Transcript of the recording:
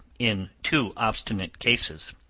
in two obstinate cases.